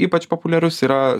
ypač populiarus yra